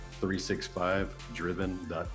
365driven.com